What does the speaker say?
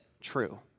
true